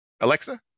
Alexa